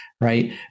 right